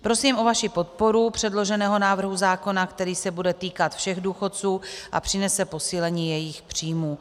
Prosím o vaši podporu předloženého návrhu zákona, který se bude týkat všech důchodců a přinese posílení jejich příjmů.